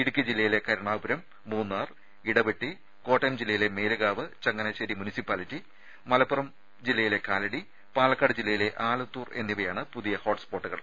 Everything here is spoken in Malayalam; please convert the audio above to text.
ഇടുക്കി ജില്ലയിലെ കരുണാപുരം മൂന്നാർ ഇടവെട്ടി കോട്ടയം ജില്ലയിലെ മേലുകാവ് ചങ്ങനാശേരി മുനിസിപ്പാലിറ്റി മലപ്പുറം ജില്ലയിലെ കാലടി പാലക്കാട് ജില്ലയിലെ ആലത്തൂർ എന്നിവയാണ് പുതിയ ഹോട്സ്പോട്ടുകൾ